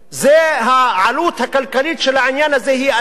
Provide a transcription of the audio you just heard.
העלות הכלכלית של העניין הזה היא אדירה.